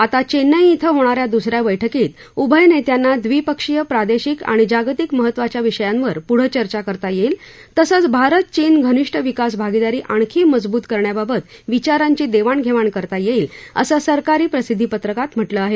आता चेन्नई क्वे होणा या दुसऱ्या बैठकीत उभय नेत्यांना द्विपक्षीय प्रादेशिक आणि जागतिक महत्वाच्या विषयांवर पुढ चर्चा करता येईल तसंच भारत चीन घनिष्ठ विकास भागीदारी आणखी मजबुत करण्याबाबत विचारांची देवाणघेवाण करता येईल असं सरकारी प्रसिद्धीपत्रकात म्हटलं आहे